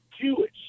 Jewish